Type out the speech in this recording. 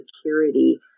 security